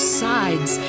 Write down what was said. sides